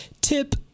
tip